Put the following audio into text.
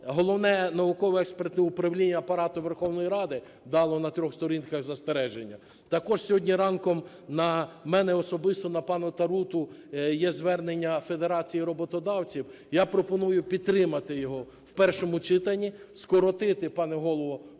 Головне науково-експертне управління Апарату Верховної Ради дало на трьох сторінках застереження, також сьогодні ранком на мене особисто, на пана Таруту є звернення Федерації роботодавців. Я пропоную підтримати його в першому читанні, скоротити, пане Голово,